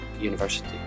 University